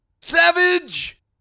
Savage